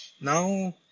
Now